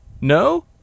No